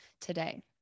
today